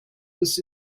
this